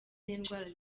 n’indwara